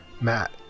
Matt